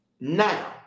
now